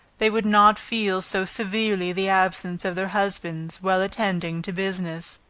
they would not feel so severely the absence of their husbands while attending to business.